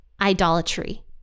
idolatry